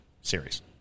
series